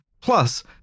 Plus